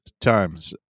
times